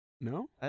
no